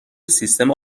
سیستم